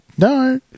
No